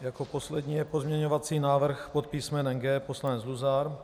Jako poslední je pozměňovací návrh pod písmenem G poslanec Luzar.